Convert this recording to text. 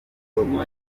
gukomeza